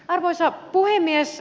arvoisa puhemies